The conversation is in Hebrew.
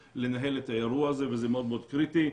לנהל את האירוע הזה וזה מאוד מאוד קריטי.